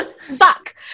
suck